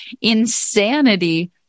insanity